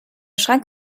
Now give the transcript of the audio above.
schrank